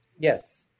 Yes